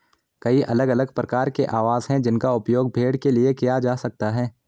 कई अलग अलग प्रकार के आवास हैं जिनका उपयोग भेड़ के लिए किया जा सकता है